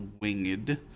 winged